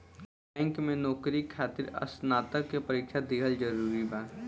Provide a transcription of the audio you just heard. Bank में नौकरी खातिर स्नातक के परीक्षा दिहल जरूरी बा?